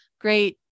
great